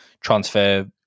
transfer